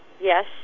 Yes